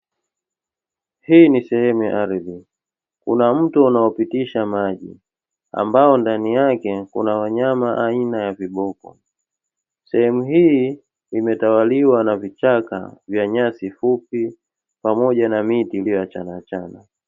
Hii ni sehemu ya ardhi kuna mto unaopitisha maji ambao ndani yake kuna wanyama aina ya viboko. Sehemu hii imetawaliwa na vichaka vya nyasi fupi pamoja na miti iliyoachana achana.